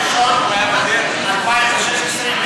ב-2016,